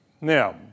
Now